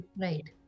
right